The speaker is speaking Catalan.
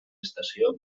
estació